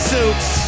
Suits